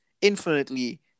infinitely